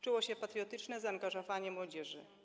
Czuło się patriotyczne zaangażowanie młodzieży.